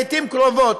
לעתים קרובות,